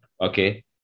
okay